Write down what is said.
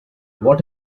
what